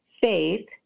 faith